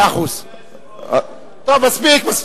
אדוני היושב-ראש,